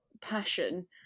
passion